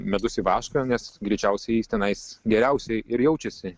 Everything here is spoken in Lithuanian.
medus į vašką nes greičiausiai jis tenais geriausiai ir jaučiasi